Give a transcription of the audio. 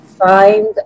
Find